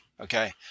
Okay